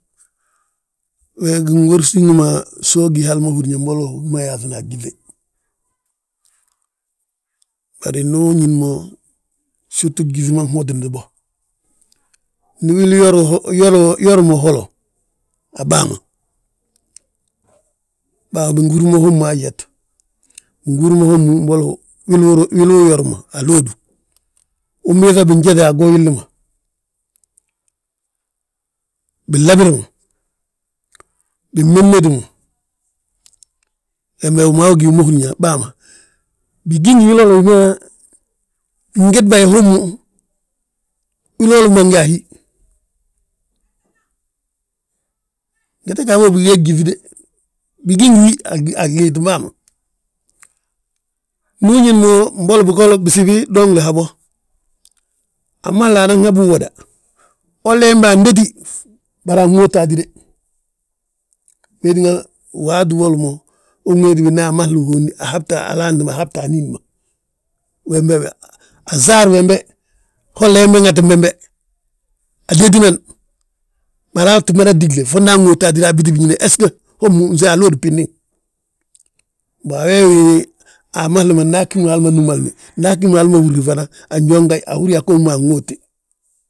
We gin gorsi wi ma so ugí hal ma húrin yaa uyaaŧa a gyíŧe. Bari ndu uñín mo sirtu gyíŧi ma nhotindi bo, ndi wili yori mo holo, a baa ma. Baa ma bingi húr mo hommu ayet, bingi húr mo hommu, mbolo wili yor ma, alóodu. Ubiiŧa binjete a go willi ma, binlabir ma, binmemeti ma, hembe wi ma gí wi ma húrin yaa bàa ma. Bigi ngi wiloolo wi ma ngéd bà, hommu, wiloolu mange a hí, ngette gaafo bigi ge gyíŧi de. Bigi ngi wi a gliitim bàa ma, ndu uñín mo mbolo bigolo bisibi dooŋli habo. Amahla anan habu uwoda, holla hembe andéti, bari anŋóota hatide. We tínga waati woli mo, uwéeti binyaa amahlu uhondi ahabte alaanti ma ahabte anín ma. Wembe, wi asaar wembe, holla hembe ŋatim bembe, adéti nan, bari aa tti mada tigle, fondi aŋóote hatíde abiti biñín hesgo hommu fnse alóodu bindiŋ; Mbo a wee wi amahli ma ndaa ggí mo, hal ma númalni, ndu agí mo hal ma húrni fana, anyooŋtayi anhúri yaa hommu anŋóote.